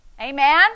Amen